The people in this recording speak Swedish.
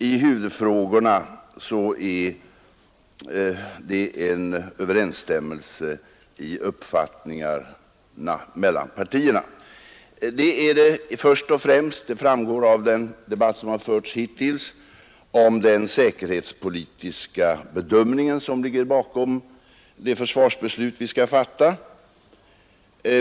I huvudfrågorna råder överensstämmelse i uppfattningarna mellan partierna, först och främst — det framgår av den debatt som har förts hittills — om den säkerhetspolitiska bedömning som ligger bakom det försvarsbeslut som vi skall fatta.